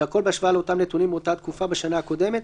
והכול בהשוואה לאותם נתונים מאותה תקופה בשנה הקודמת,